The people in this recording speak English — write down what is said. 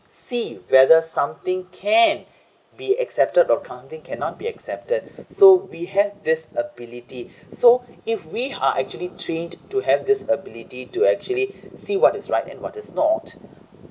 see whether something can be accepted or can't they cannot be accepted so we had this ability so if we are actually trained to have this ability to actually see what is right and what is not